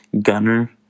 gunner